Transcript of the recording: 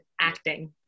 acting